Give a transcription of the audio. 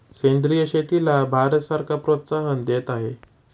सेंद्रिय शेतीला भारत सरकार प्रोत्साहन देत आहे